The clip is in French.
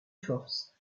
force